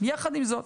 יחד עם זאת,